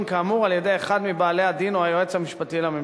כאמור על-ידי אחד מבעלי הדין או היועץ המשפטי לממשלה.